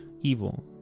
evil